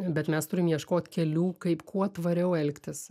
bet mes turim ieškot kelių kaip kuo tvariau elgtis